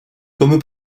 comme